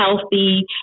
healthy